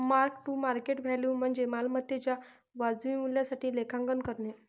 mark to market value म्हणजे मालमत्तेच्या वाजवी मूल्यासाठी लेखांकन करणे